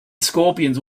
scorpions